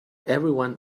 everyone